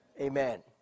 Amen